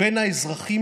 בין האזרחים